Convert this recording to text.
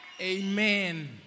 Amen